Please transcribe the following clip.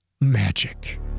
magic